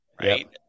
right